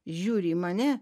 žiūri į mane